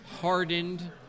hardened